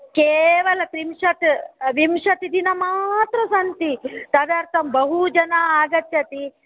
केवल त्रिंशत् विंशतिदिनमात्र सन्ति तदर्तं बहु जना आगच्चति